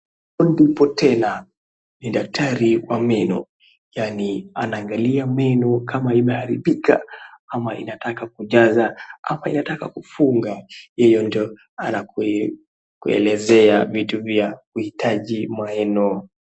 Hapo ndipo tena, ni daktari wa meno, yaani anaangalia meno kama imeharibika ama inataka kujaza ama inataka kufunga hiyo ndio anakuelezea vitu vya kuhitaji meno.